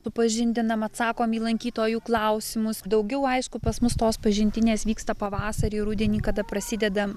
supažindinam atsakom į lankytojų klausimus daugiau aišku pas mus tos pažintinės vyksta pavasarį rudenį kada prasideda